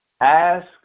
Ask